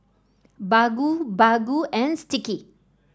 Baggu Baggu and Sticky